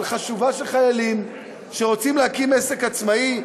חשובה של חיילים שרוצים להקים עסק עצמאי,